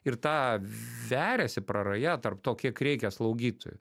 ir ta veriasi praraja tarp to kiek reikia slaugytojų